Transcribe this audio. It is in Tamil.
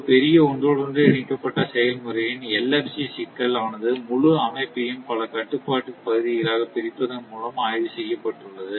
ஒரு பெரிய ஒன்றோடொன்று இணைக்கப்பட்ட செயல்முறையின் LFC சிக்கல் ஆனது முழு அமைப்பையும் பல கட்டுப்பாட்டுப் பகுதிகளாகப் பிரிப்பதன் மூலம் ஆய்வு செய்யப்பட்டுள்ளது